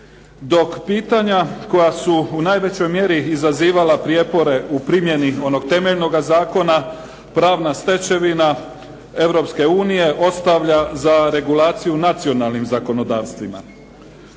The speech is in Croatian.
dok pitanja koja su u najvećoj mjeri izazivala prijepore u primjeni onog temeljnoga zakona pravna stečevina Europske unije ostavlja za regulaciju nacionalnim zakonodavstvima.